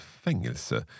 fängelse